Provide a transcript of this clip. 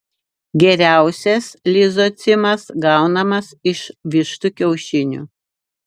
geriausias lizocimas gaunamas iš vištų kiaušinių